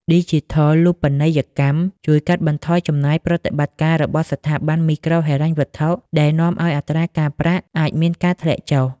ឌីជីថលូបនីយកម្មជួយកាត់បន្ថយចំណាយប្រតិបត្តិការរបស់ស្ថាប័នមីក្រូហិរញ្ញវត្ថុ ដែលនាំឱ្យអត្រាការប្រាក់អាចមានការធ្លាក់ចុះ។